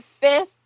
fifth